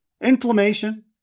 Inflammation